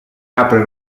apre